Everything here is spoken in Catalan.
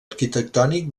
arquitectònic